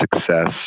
Success